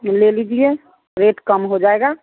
ले लीजिए रेट कम हो जाएगा